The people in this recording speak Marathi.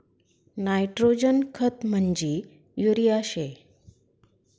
नायट्रोजन खत म्हंजी युरिया शे